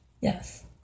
Yes